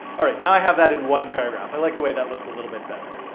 all right, now i have that in one paragraph. i like the way that looks a little bit better.